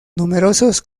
numerosos